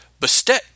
Bastet